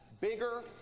bigger